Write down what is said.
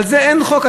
על זה אין חוק,